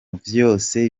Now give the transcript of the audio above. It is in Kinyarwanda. vyose